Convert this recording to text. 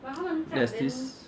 there's this